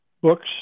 books